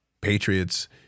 patriots